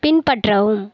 பின்பற்றவும்